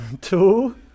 two